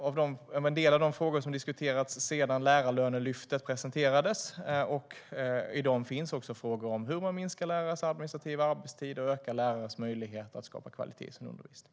En del av de frågor som har diskuterats sedan Lärarlönelyftet presenterades är hur man ska minska lärares administrativa arbetstider och öka deras möjligheter att skapa kvalitet i sin undervisning.